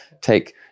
take